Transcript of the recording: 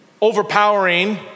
overpowering